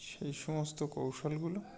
সেই সমস্ত কৌশলগুলো